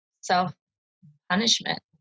self-punishment